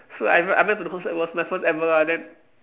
so I I went to the concert it was my first ever lah then